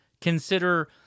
Consider